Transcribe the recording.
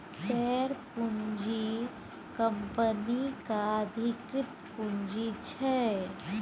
share पूँजी कंपनीक अधिकृत पुंजी छै